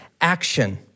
action